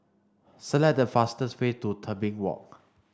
select the fastest way to Tebing Walk